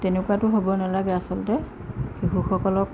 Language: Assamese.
তেনেকুৱাতো হ'ব নালাগে আচলতে শিশুসকলক